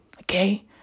okay